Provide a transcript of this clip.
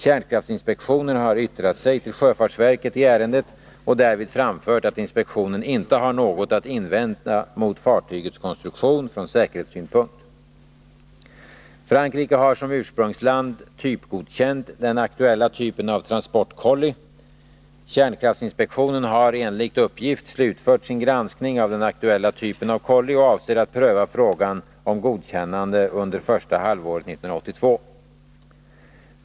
Kärnkraftsinspektionen har yttrat sig till sjöfartsverket i ärendet och därvid framfört att inspektionen inte har något att invända mot fartygets konstruktion från säkerhetssynpunkt. Frankrike har som ursprungsland typgodkänt den aktuella typen av transportkolli. Kärnkraftsinspektionen har enligt uppgift slutfört sin granskning av den aktuella typen av kolli och avser att pröva frågan om godkännande under första halvåret 1982.